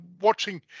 watching